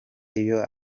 iyo